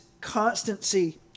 constancy